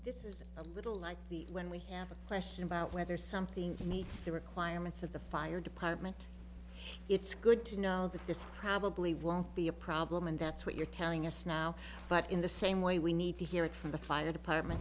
it's a little like when we have a question about whether something meets the requirements of the fire department it's good to know that this probably will be a problem and that's what you're telling us now but in the same way we need to hear it from the fire department